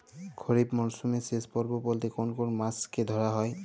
খরিপ মরসুমের শেষ পর্ব বলতে কোন কোন মাস কে ধরা হয়?